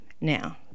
Now